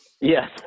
Yes